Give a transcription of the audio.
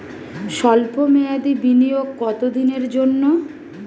সল্প মেয়াদি বিনিয়োগ কত দিনের জন্য?